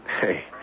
Hey